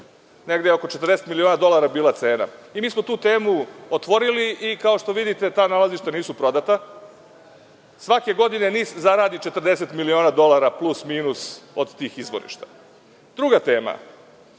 Negde oko 40 miliona dolara je bila cena. Mi smo tu temu otvorili. Kao što vidite, ta nalazišta nisu prodata. Svake godine NIS zaradi 40 miliona dolara, plus-minus, od tih izvorišta. Druga tema.